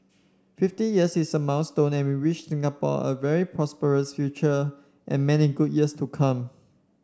fifty years is a milestone and we wish Singapore a very prosperous future and many good years to come